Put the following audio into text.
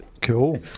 Cool